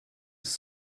ist